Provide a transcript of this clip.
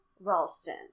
Ralston